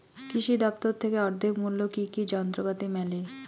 কৃষি দফতর থেকে অর্ধেক মূল্য কি কি যন্ত্রপাতি মেলে?